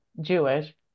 Jewish